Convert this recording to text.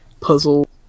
puzzle